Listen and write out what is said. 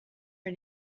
are